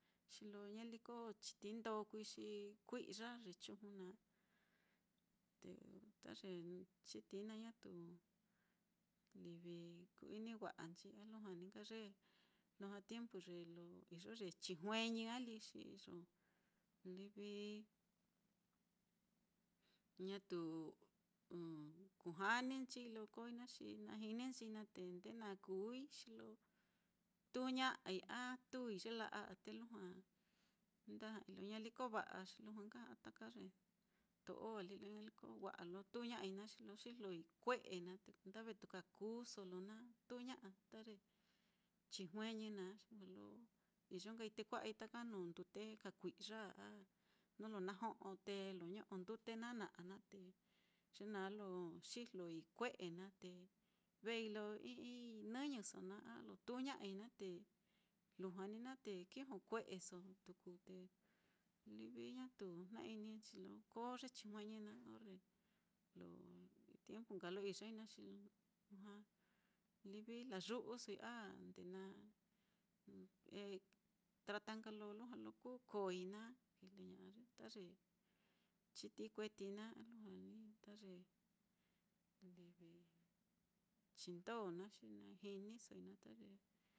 Xi lo ñaliko chitií ndoo kuui xi kui'ya ye chuju naá, te ta ye chitií naá ñatu livi ku-ini wa'anchi, a lujua ní nka ye lujua tiempu ye lo iyo ye chijueñi á lí, xi iyo livi ñatu kujaninchii lo kooi naá, xi na jini nchii naá te nde na kūūi xi lo tuu ña'ai tuui ye la'a á, te lujua nda ja'ai lo ñaliko va'a, xi lujua nka ja'a taka ye to'o á lí lo ñaliko wa'a lo tuu ña'ai naá, xi lo xijloi kue'e naá, te kuenda vetuka kūūso lo na tuuña'a ta ye chijueñi naá, xi wa lo iyo nkai te kua'a ta nuu ndute kaa kui'ya á, nuu lo na jo'o té nuu lo ño'o ndute naá na'a naá, te ye naá lo xijloi kue'e naá, te vei lo i'ii nɨñɨso naá, a lo tuuña'ai naá, te lujua ní naá te kijokue'eso tuku te livi ñatu jna-ininchi lo koo ye chijueñi naá, orre lo tiempu nka lo iyoi naá, xi lujua layu'usoi a nde na trata nka lo lujua kú kooi naá, kijle ña'a ta ye chitií kueti naá a lujua ní ta ye li.